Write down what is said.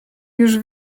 już